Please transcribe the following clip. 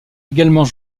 également